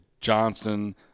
Johnson